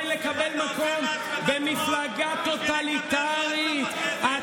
מכונת רעל זדונית, קריאות.